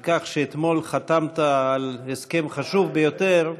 על כך שאתמול חתמת על הסכם חשוב ביותר.